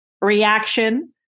reaction